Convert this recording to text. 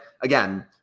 again